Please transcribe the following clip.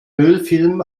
ölfilm